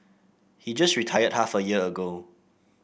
he just retired half a year ago